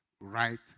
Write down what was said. right